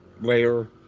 layer